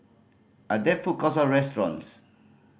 are there food courts or restaurants